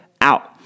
out